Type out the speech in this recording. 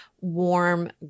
warm